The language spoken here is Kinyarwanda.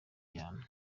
cyane